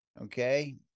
Okay